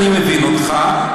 אני מבין אותך,